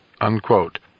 unquote